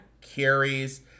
carries